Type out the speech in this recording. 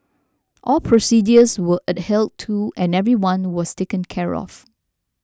all procedures were adhered to and everyone was taken care of